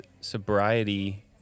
sobriety